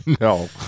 No